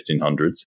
1500s